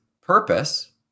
purpose